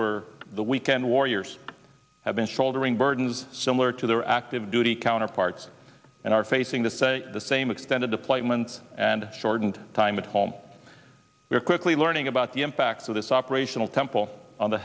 were the weekend warriors have been shouldering burdens similar to their active duty counterparts and are facing the say the same extended deployments and shortened time at home very quickly learning about the impact of this operational temple on the